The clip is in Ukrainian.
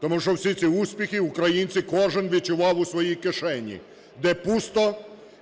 тому що всі ці успіхи українці кожен відчував у своїй кишені, де пусто,